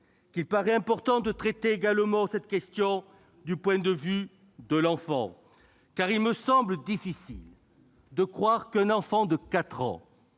qu'il paraît important de traiter cette question aussi du point de vue de l'enfant. En effet, il me semble difficile de croire qu'un enfant de 4 ans,